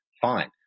fine